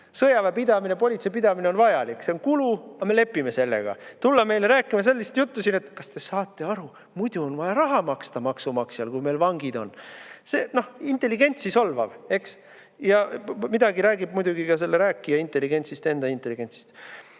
Sõjaväe pidamine, politsei pidamine on vajalik. See on kulu, aga me lepime sellega. Tulla meile rääkima sellist juttu siin, et kas te saate aru, muidu on vaja raha maksta maksumaksjal, kui meil vangid on! See on intelligentsi solvav. Eks midagi see räägib muidugi ka selle rääkija enda intelligentsist. Oleks